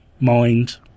mind